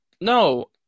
No